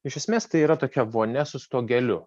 iš esmės tai yra tokia vonia su stogeliu